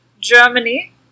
Germany